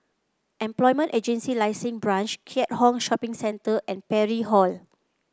Employment Agency Licensing Branch Keat Hong Shopping Centre and Parry Hall